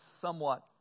somewhat